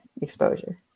exposure